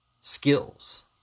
skills